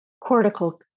cortical